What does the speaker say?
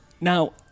Now